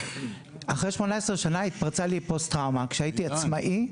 אחרי 18 שנה התפרצה לי פוסט טראומה כשהייתי עצמאי,